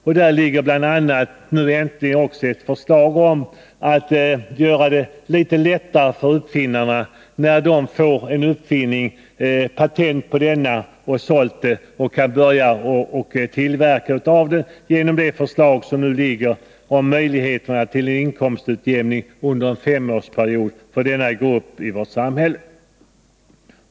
Det föreligger nu äntligen ett förslag om att göra det litet lättare för uppfinnarna, när de har fått patent på en uppfinning som de kan sälja och kan börja tillverkningen, genom den föreslagna möjligheten till inkomstutjämning över en femårsperiod för denna grupp i vårt samhälle.